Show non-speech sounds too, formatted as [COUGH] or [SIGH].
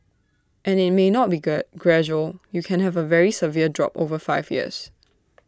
and IT may not be [UNINTELLIGIBLE] gradual you can have A very severe drop over five years